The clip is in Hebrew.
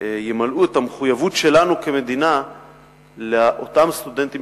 הם ימלאו את המחויבות שלנו כמדינה לאותם סטודנטים